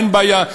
אין בעיה,